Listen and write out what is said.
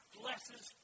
blesses